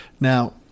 Now